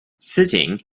sitting